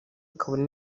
kabone